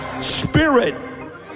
Spirit